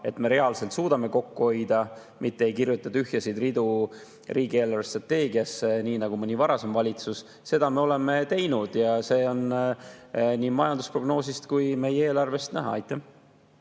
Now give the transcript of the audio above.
et me reaalselt suudame kokku hoida, mitte ei kirjuta tühjasid ridu riigi eelarvestrateegiasse, nii nagu mõni varasem valitsus. Seda me oleme teinud ja see on nii majandusprognoosist kui ka meie eelarvest näha. Aitäh!